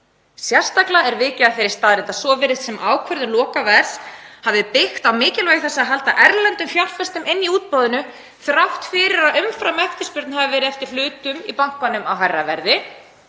Sérstaklega er vikið að þeirri staðreynd að svo virðist sem ákvörðun lokaverðs hafi byggt á mikilvægi þess að halda erlendum fjárfestum inni í útboðinu þrátt fyrir að umframeftirspurn hafi verið eftir hlutum í bankanum á hærra verði.